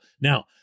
Now